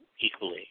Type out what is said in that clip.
equally